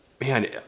man